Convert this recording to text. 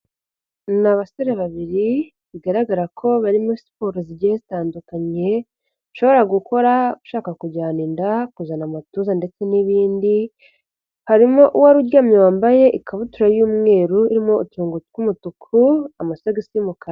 Ni abasore babiri bigaragara ko bari muri siporo zigiye zitandukanye ushobora gukora ushaka kujyana inda, kuzana amatuza ndetse n'ibindi, harimo uwari uryamye wambaye ikabutura y'umweru irimo uturongo tw'umutuku, amasogisi y'umukara.